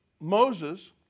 Moses